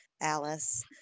Alice